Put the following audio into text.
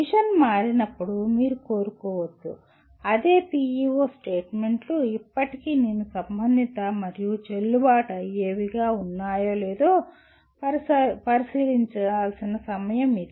machine మారినప్పుడు మీరు కోరుకోవచ్చు అదే PEO స్టేట్మెంట్లు ఇప్పటికీ నేను సంబంధిత మరియు చెల్లుబాటు అయ్యేవిగా ఉన్నాయో లేదో పరిశీలించాల్సిన సమయం ఇది